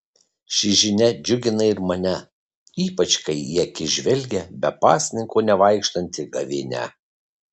ši žinia džiugina ir mane ypač kai į akis žvelgia be pasninko nevaikštanti gavėnia